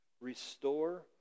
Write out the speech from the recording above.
restore